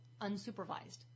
unsupervised